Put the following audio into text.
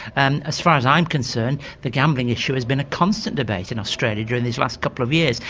and as far as i'm concerned the gambling issue has been a constant debate in australia during these last couple of years.